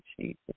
Jesus